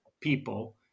people